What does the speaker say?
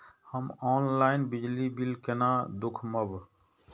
हम ऑनलाईन बिजली बील केना दूखमब?